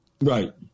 Right